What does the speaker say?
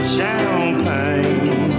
champagne